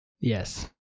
Yes